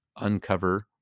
uncover